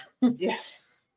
Yes